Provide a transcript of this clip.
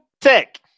Tech